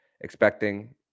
expecting